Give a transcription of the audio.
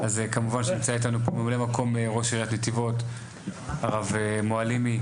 אז כמובן שנמצא איתנו פה ממלא מקום ראש עיריית נתיבות הרב מעלימי,